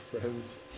friends